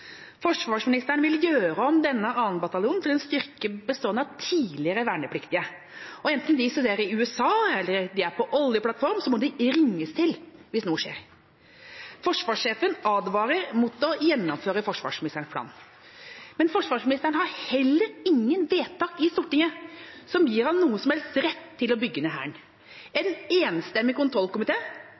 Forsvarsministeren vil gjøre om 2. bataljon til en styrke bestående av tidligere vernepliktige, og enten de studerer i USA eller de er på oljeplattform, må de ringes til hvis noe skjer. Forsvarssjefen advarer mot å gjennomføre forsvarsministerens plan. Forsvarsministeren har heller ingen vedtak i Stortinget som gir ham noen som helst rett til å bygge ned Hæren. En enstemmig